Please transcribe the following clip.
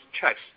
checks